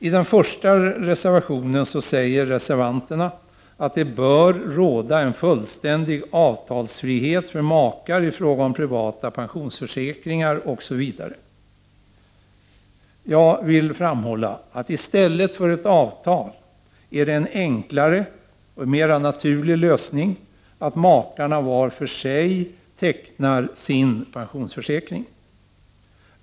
I den första reservationen säger reservanterna att det bör råda en fullständig avtalsfrihet för makar i fråga om privata pensionsförsäkringar osv. Jag vill framhålla att det i stället för ett avtal är en enklare och mer naturlig lös ning att makarna var för sig tecknar sin pensionsförsäkring.